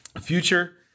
future